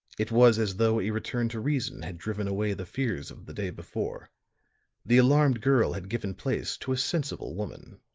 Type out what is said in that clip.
it was as though a return to reason had driven away the fears of the day before the alarmed girl had given place to a sensible woman.